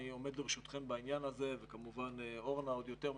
אני עומד לרשותכם בעניין הזה וכמובן אורנה עוד יותר ממני,